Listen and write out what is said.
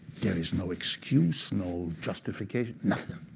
there is no excuse, no justification, nothing.